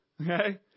Okay